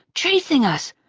chasing us,